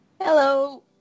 Hello